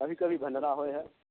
कभी कभी झगड़ा होइ हइ